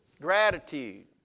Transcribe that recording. Gratitude